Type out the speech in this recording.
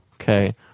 Okay